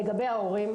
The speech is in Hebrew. לגבי ההורים,